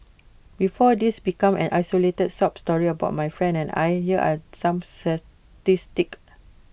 before this becomes an isolated sob story about my friend and I here are some statistics